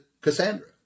Cassandra